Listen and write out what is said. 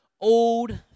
old